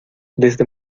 desde